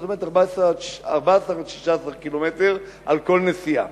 זאת אומרת 14 16 קילומטר בכל נסיעה.